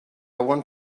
want